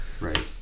Right